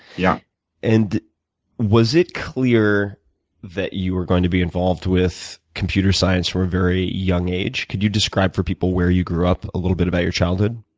yeah and was it clear that you were going to be involved with computer science from a very young age? can you describe for people where you grew up, a little bit about your childhood?